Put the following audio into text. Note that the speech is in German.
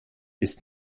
ist